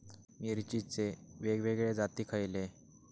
मिरचीचे वेगवेगळे जाती खयले?